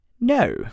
No